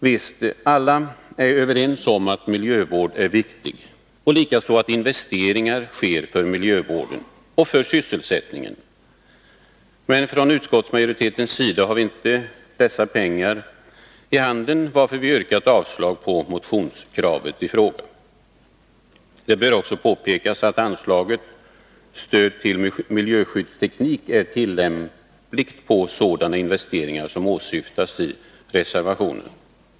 Visst är alla överens om att miljövård är viktig och likaså att investeringar bör ske för miljövården och för sysselsättningen. Men vi inom utskottsmajoriteten har inte dessa pengar i handen, varför vi avstyrker motionskravet. Det bör också påpekas att anslaget Stöd till miljöskyddsteknik är tillämpligt på sådana investeringar som åsyftas i reservationen.